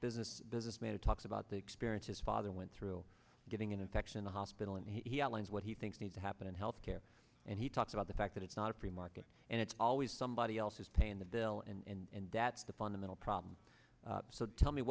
business businessman talks about the experience his father went through getting an infection in the hospital and he outlines what he thinks needs to happen in health care and he talks about the fact that it's not a free market and it's always somebody else is paying the bill and that's the fundamental problem so tell me